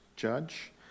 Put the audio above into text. judge